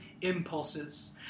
impulses